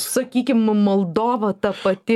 sakykim moldova ta pati